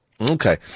Okay